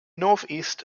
northeast